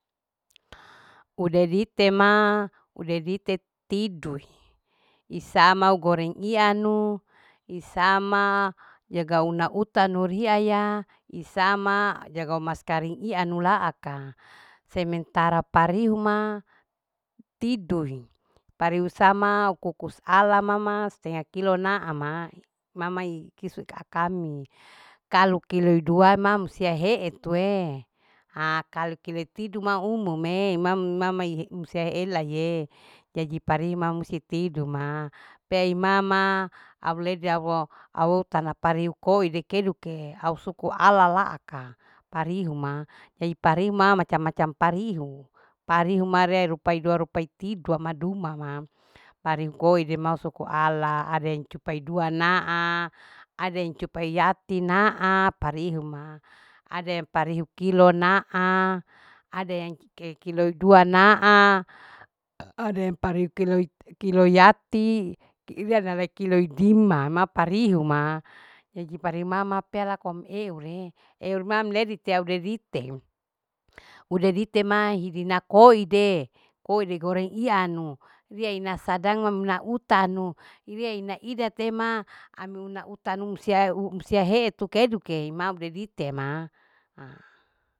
Udedite ma. udedite tidui isama goreng iyanu. isama iya gauna utanu riaya isama jaga maskaring ianu laaka sementara parihuma tiduing pariu sama ukukus ala mama stenga kilo naama mamai kisu akami kalu kiluidua mamsia heetue ha kalu kile tidu ma umumee mam nanahemusia heelaye jaji parima musi tiduma pei mama au lede auwo au tana pariu koi dikeduke au suko alala aka parihuma ei parihuma macam. macam parihu. parihu ma rerupai dua rupai tidu madumama pariu koi duma soko ala ada cupai dua anaa ada yang cupai yati naa parihuma ada yang parihu kilo naa ada yang kei kiloi dua naa ada yang pariu kiloi. kiloi yati kiyana lai kiloi dima maparihuma jaji pariu mama pea lakom eure. eure mam ledite au redite udedite mai hidina koide, koide goreng ianu rieina sadang mam una utanu irie ina ida te ma ami una utanu siau sia heetuke duke ima uadite ma